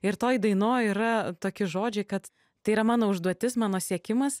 ir toj dainoj yra toki žodžiai kad tai yra mano užduotis mano siekimas